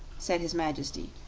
said his majesty,